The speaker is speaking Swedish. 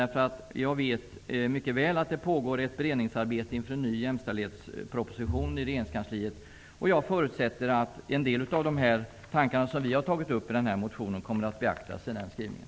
Jag vet mycket väl att det pågår ett beredningsarbete inför en ny jämställdhetsproposition i regeringskansliet. Jag förutsätter att en del av de tankar som vi har tagit upp i motionen kommer att beaktas i propositionen.